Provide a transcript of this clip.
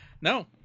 No